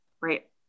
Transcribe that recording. right